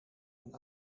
een